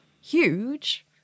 huge